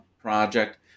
project